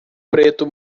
preto